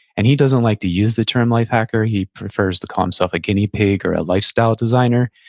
and he doesn't like to use the term life hacker, he prefers to call himself a guinea pig or a lifestyle designer,